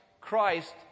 Christ